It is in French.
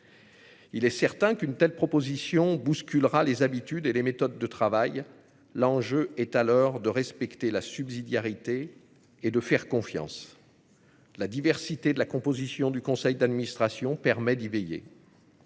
Il est certain qu'une telle proposition bousculera les habitudes et les méthodes de travail. L'enjeu est alors de respecter la subsidiarité et de faire confiance. La diversité de la composition du conseil d'administration permet d'y veiller.